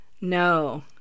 No